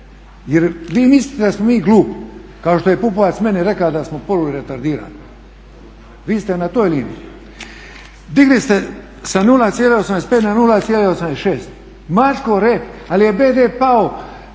Jer vi mislite da smo mi glupi kao što je Pupovac meni rekao da smo polu-retardirani. Vi ste na toj liniji. Digli ste sa 0,85 na 0,86, mačku o rep, ali je BDP pao